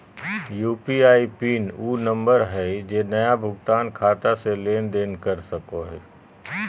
UPI PIN उ number हइ जे नया भुगतान खाता से लेन देन कर सको हइ